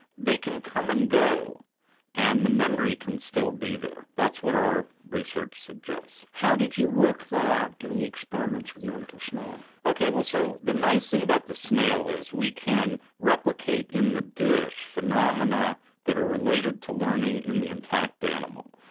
they can come and go and the memory can still be there. that's what our research suggests. how did you work that out doing experiments with your little snail? okay, so the nice thing about the snail is we can replicate in the dish phenomena that are related to learning in the intact animal.